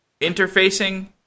interfacing